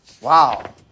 Wow